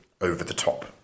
over-the-top